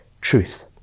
truth